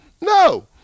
no